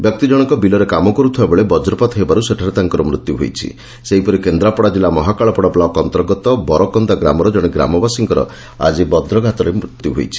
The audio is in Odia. ବ୍ୟକ୍ତିଜଣକ ବିଲରେ କାମ କରୁଥିବାବେଳେ ବଜ୍ରପାତ ହେବାରୁ ସେଠାରେ ତାଙ୍କର ମୃତ୍ୟୁ ହୋଇଥିଲା ସେହିପରି କେନ୍ଦ୍ରାପଡ଼ା ଜିଲ୍ଲା ମହାକାଳପଡ଼ା ବ୍ଲକ୍ ଅନ୍ତର୍ଗତ ବରକନ୍ଦାର ଜଶେ ଗ୍ରାମବାସୀଙ୍କର ଆଜି ବଜ୍ରପାତରେ ମୃତ୍ୟୁ ଘଟିଛି